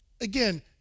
Again